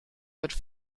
mit